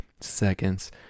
seconds